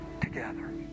together